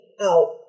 out